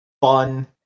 fun